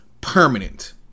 permanent